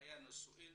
בחיי הנישואין